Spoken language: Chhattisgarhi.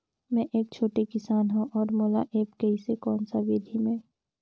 मै एक छोटे किसान हव अउ मोला एप्प कइसे कोन सा विधी मे?